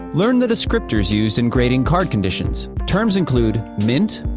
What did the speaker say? learn the descriptors used in grading card conditions. terms include mint,